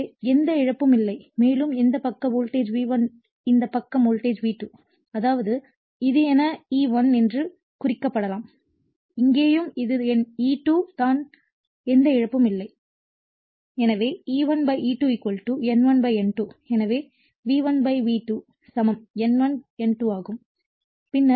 எனவே எந்த இழப்பும் இல்லை மேலும் இந்த பக்கம் வோல்டேஜ் V1 இந்த பக்கம் வோல்டேஜ் V2 அதாவது இது எனது E1 என்று குறிக்கப்பட்டால் இங்கேயும் இது என் E2 தான் எந்த இழப்பும் இல்லை எனவே E1 E2 N1 N2 எனவே V1 V2 சமம் N1 N2 ஆகும்